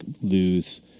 lose